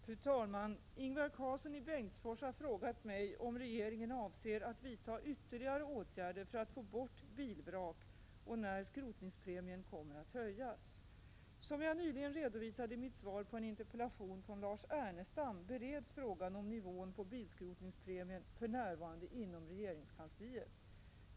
Herr talman! Ingvar Karlsson i Bengtsfors har frågat mig om regeringen avser att vidta ytterligare åtgärder för att få bort bilvrak och när skrotningspremien kommer att höjas. Som jag nyligen redovisade i mitt svar på en interpellation från Lars Ernestam bereds frågan om nivån på bilskrotningspremien för närvarande inom regeringskansliet.